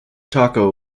taco